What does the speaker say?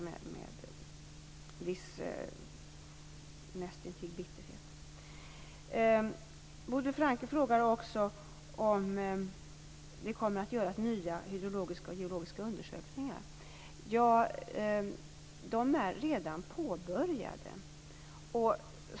Bodil Francke Ohlsson frågar också om det kommer att göras nya hydrologiska och geologiska undersökningar. De är redan påbörjade.